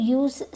use